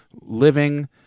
Living